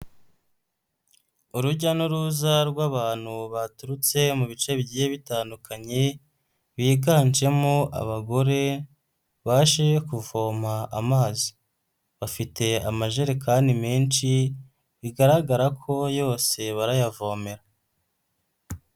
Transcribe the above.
Urujya n'uruza rw'abantu baturutse mu bice bigiye bitandukanye biganjemo abagore baje kuvoma amazi, bafite amajerekani menshi bigaragara ko yose barayavomera.